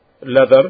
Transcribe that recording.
leather